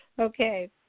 Okay